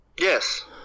Yes